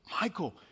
Michael